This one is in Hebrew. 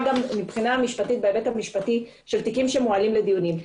גם מבחינה משפטית בהיבט המשפטי של תיקים שמועלים לדיונים.